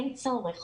אין צורך.